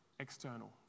External